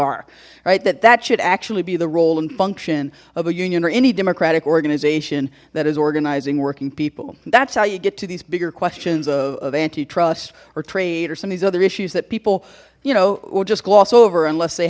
are right that that should actually be the role and function of a union or any democratic organization that is organizing working people that's how you get to these bigger questions of antitrust or trade or some of these other issues that people you know will just gloss over unless they